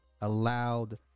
allowed